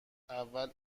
اول